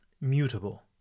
mutable